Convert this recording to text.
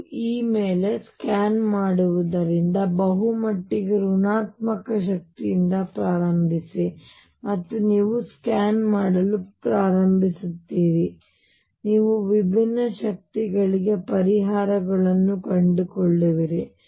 ನೀವು E ಮೇಲೆ scan ಮಾಡುವುದರಿಂದ ಬಹುಮಟ್ಟಿಗೆ ಋಣಾತ್ಮಕ ಶಕ್ತಿಯಿಂದ ಪ್ರಾರಂಭಿಸಿ ಮತ್ತು ನೀವು ಸ್ಕ್ಯಾನ್ ಮಾಡಲು ಪ್ರಾರಂಭಿಸುತ್ತೀರಿ ಮತ್ತು ನೀವು ವಿಭಿನ್ನ ಶಕ್ತಿಗಳಿಗೆ ಪರಿಹಾರಗಳನ್ನು ಕಂಡುಕೊಳ್ಳುವಿರಿ